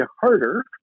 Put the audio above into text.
harder